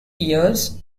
years